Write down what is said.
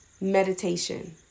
meditation